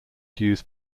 use